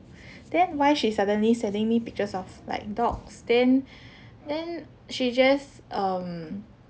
then why she suddenly sending me pictures of like dogs then then she just um